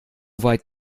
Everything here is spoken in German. weit